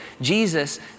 Jesus